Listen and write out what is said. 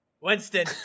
Winston